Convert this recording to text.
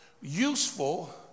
useful